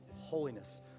holiness